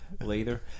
later